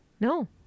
no